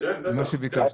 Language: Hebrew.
ממה שביקשתם?